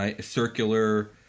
circular